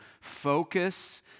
focus